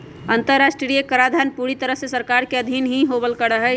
अन्तर्राष्ट्रीय कराधान पूरी तरह से सरकार के अधीन ही होवल करा हई